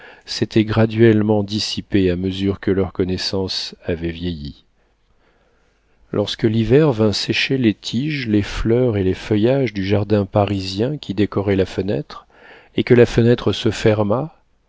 s'étaient graduellement dissipées à mesure que leur connaissance avait vieilli lorsque l'hiver vint sécher les tiges les fleurs et les feuillages du jardin parisien qui décorait la fenêtre et que la fenêtre se ferma